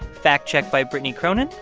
fact-checked by brittany cronin.